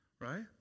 right